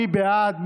מי בעד?